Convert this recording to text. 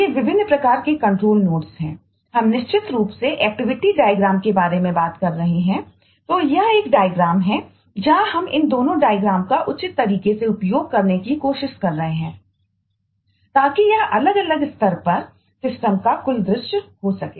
ये मूल रूप से लाइफलाइन का कुल दृश्य हो सके